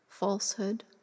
falsehood